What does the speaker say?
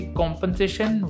compensation